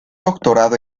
doctorado